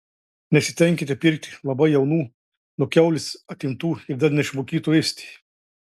nesistenkite pirkti labai jaunų nuo kiaulės atimtų ir dar neišmokytų ėsti